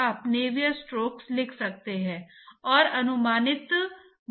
एक flat plate के लिए रेनॉल्ड्स संख्या सीमा क्या है जहां आपके पास लामिनार का प्रवाह होगा